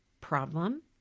problem